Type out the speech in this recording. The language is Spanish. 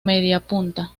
mediapunta